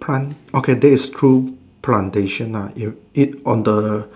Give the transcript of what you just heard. plant okay there is two plantation nah it on the